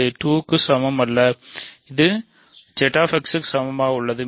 இது 2 க்கு சமம் அல்ல இது Z X க்கு சமமாக இருக்காது